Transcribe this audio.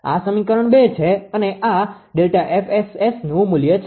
આ સમીકરણ 2 છે અને આ ΔFSSનુ મુલ્ય છે